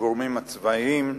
הגורמים הצבאיים,